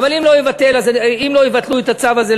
אבל אם לא יבטלו את הצו הזה,